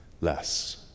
less